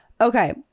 Okay